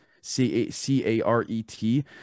c-a-c-a-r-e-t